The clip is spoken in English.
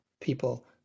people